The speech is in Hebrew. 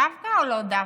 דווקא או לא דווקא?